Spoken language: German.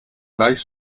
gleich